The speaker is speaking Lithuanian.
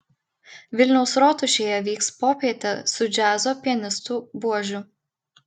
vilniaus rotušėje vyks popietė su džiazo pianistu buožiu